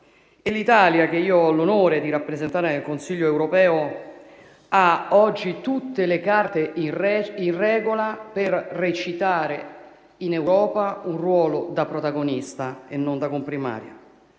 l'Italia, che ho l'onore di rappresentare nel Consiglio europeo, ha oggi tutte le carte in regola per recitare in Europa un ruolo da protagonista e non da comprimaria.